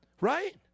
right